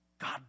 God